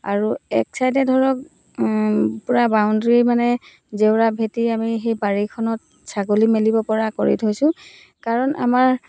আৰু এক চাইডে ধৰক পূৰা বাউণ্ডৰী মানে জেওৰা ভেটি আমি সেই বাৰীখনত ছাগলী মেলিব পৰা কৰি থৈছোঁ কাৰণ আমাৰ